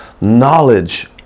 knowledge